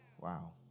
Wow